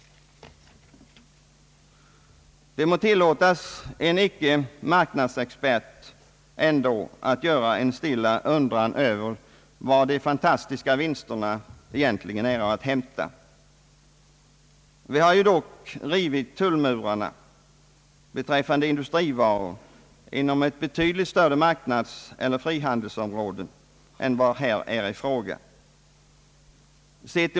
Det må tillåtas en icke marknadsexpert att ge uttryck åt en stilla undran om var de fantastiska vinsterna egentligen är att hämta. Vi har dock rivit tullmurarna när det gäller industrivaror inom ett betydligt större frihandelsområde än det som nu diskuteras.